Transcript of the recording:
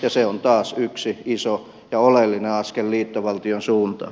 se on taas yksi iso ja oleellinen askel liittovaltion suuntaan